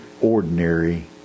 ordinary